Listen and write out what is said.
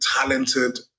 talented